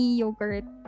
yogurt